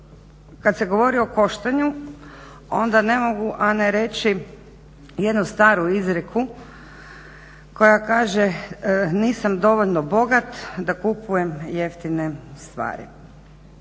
kad se govori o koštanju onda ne mogu a ne reći jednu staru izreku koja kaže "Nisam dovoljno bogat da kupujem jeftine stvari".